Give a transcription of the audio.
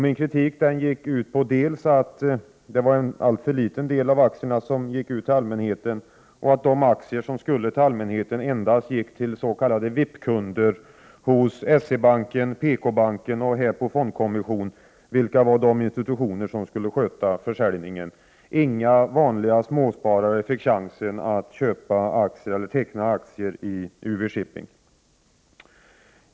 Min kritik gick ut på att det var en alltför liten del av aktierna som kom allmänheten till del och att de aktier som skulle till allmänheten endast gick till s.k. VIP-kunder hos S-E-Banken, PKbanken och Hägglöf & Ponsbach Fondkommission, som var de institutioner som skulle sköta försäljningen. Inga vanliga småsparare fick chansen att teckna aktier i UV-Shipping.